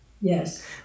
Yes